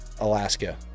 Alaska